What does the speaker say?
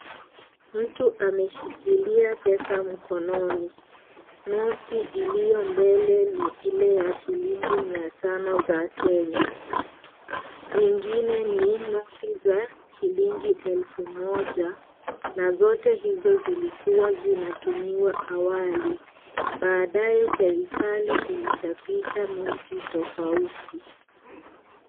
Mtu ameshikilia pesa mkononi noti iliyo mbele ni ile ya shilingi mia tano za Kenya zingine ni noti za shilingi elu moja na zote hizo zilikuwa zinatumiwa awali baadaye serikali ilichapisha noti tofauti.